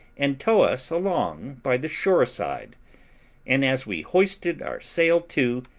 and tow us along by the shore side and as we hoisted our sail too,